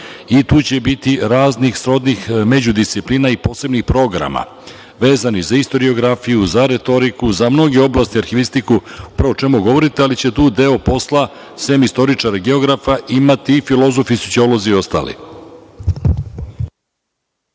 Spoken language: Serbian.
i tu će biti raznih srodnih međudisciplina i posebnih programa vezanih za istorijografiju, za retoriku, za mnoge oblasti, arhivistiku, to o čemu govorite, ali će tu deo posla sem istoričara i geografa imati i filozofi i sociolozi i ostali.